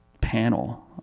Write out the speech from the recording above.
panel